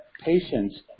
patients